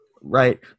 Right